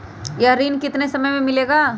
यह ऋण कितने समय मे मिलेगा?